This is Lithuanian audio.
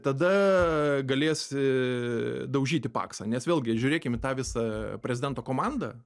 tada galėsi daužyti paksą nes vėlgi žiūrėkim į tą visa prezidento komandą